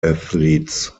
athletes